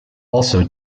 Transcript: also